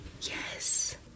Yes